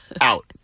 out